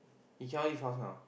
he cannot leave house now